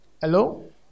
Hello